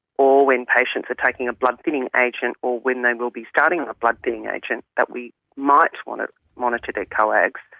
or when patients are taking a blood thinning agent or when they will be starting on a blood thinning agent, that we might want to monitor their coags,